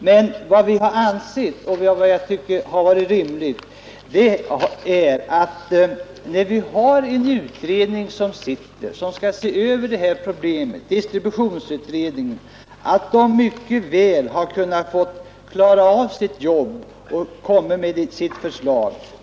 Men vad vi har ansett rimligt är att när vi har en utredning som skall se över detta problem, distributionsutredningen, hade den mycket väl kunnat få klara av sitt jobb och lagt fram sitt förslag.